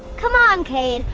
come on, kade.